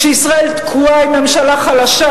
כשישראל תקועה עם ממשלה חלשה,